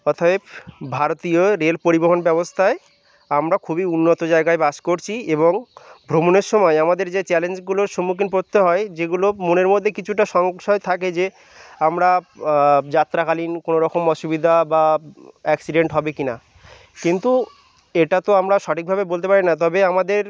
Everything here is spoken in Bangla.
অতএব ভারতীয় রেল পরিবহন ব্যবস্থায় আমরা খুবই উন্নত জায়গায় বাস করছি এবং ভ্রমণের সময় আমাদের যে চ্যালেঞ্জগুলোর সম্মুখীন পড়তে হয় যেগুলো মনের মধ্যে কিছুটা সংশয় থাকে যে আমরা যাত্রাকালীন কোনো রকম অসুবিধা বা অ্যাক্সিডেন্ট হবে কি না কিন্তু এটা তো আমরা সঠিকভাবে বলতে পারি না তবে আমাদের